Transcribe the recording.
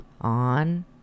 On